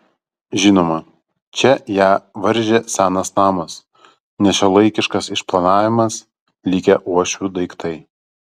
žinoma čia ją varžė senas namas nešiuolaikiškas išplanavimas likę uošvių daiktai